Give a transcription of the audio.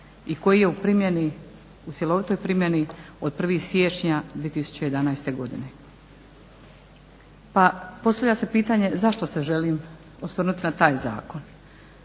i koji je u primjeni, u cjelovitoj primjeni od 1. siječnja 2011. godine Pa postavlja se pitanje zašto se želim osvrnuti na taj zakon?